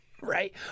right